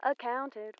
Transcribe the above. Accounted